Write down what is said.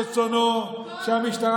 יש לנו כאן עניין עם שר מיועד שכל רצונו שהמשטרה